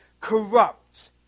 corrupt